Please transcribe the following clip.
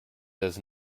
does